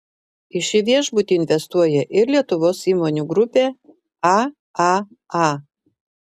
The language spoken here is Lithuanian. į šį viešbutį investuoja ir lietuvos įmonių grupė aaa